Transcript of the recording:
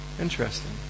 Interesting